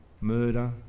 murder